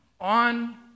on